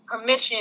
permission